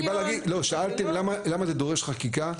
אז אני בא להגיד, שאלתם למה זה דורש חקיקה?